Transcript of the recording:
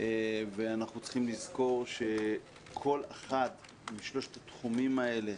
ואנחנו צריכים לזכור שכל אחד משלושת התחומים האלה